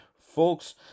Folks